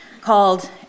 called